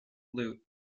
lute